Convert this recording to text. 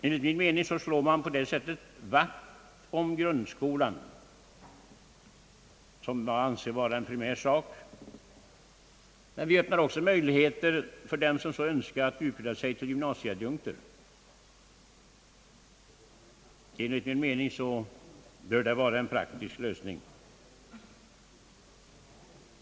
Enligt min mening slår man på det sättet vakt om grundskolan, vilket jag anser vara av primär betydelse. Det öppnar också möjligheter för dem som så önskar att utbilda sig till gymnasieadjunkter. Jag anser detta vara en praktisk lösning.